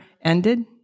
ended